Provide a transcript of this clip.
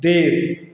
देश